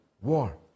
war